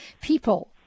people